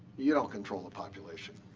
you don't control the population.